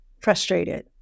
frustrated